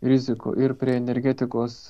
rizikų ir prie energetikos